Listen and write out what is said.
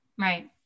Right